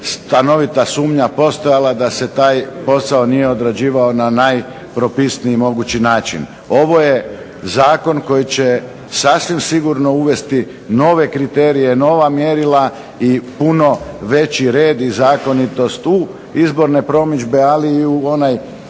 stanovita sumnja postojala da se taj posao nije odrađivao na najpropisniji mogući način. Ovo je zakon koji će sasvim sigurno uvesti nove kriterije, nova mjerila i puno veći red i zakonitost u izborne promidžbe, ali i u onaj